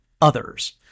others